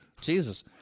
Jesus